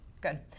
good